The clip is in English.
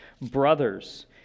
brothers